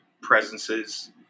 presences